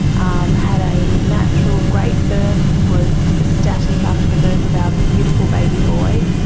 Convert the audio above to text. um had a natural, great birth, was ecstatic after the birth of our beautiful baby boy.